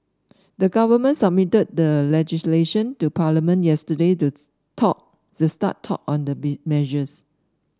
the government submitted the legislation to Parliament yesterday to start talk on the be measures